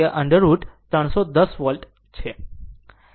ગુણાકાર √2 310 વોલ્ટ છે